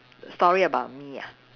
story about me ah